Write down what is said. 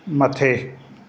मथे